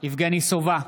יבגני סובה,